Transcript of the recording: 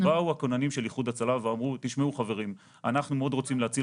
באו הכוננים של איחוד הצלה ואמרו - אנחנו מאוד רוצים להציל